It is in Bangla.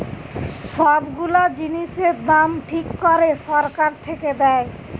সব গুলা জিনিসের দাম ঠিক করে সরকার থেকে দেয়